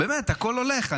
באמת, הכול הולך.